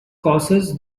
causes